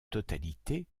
totalité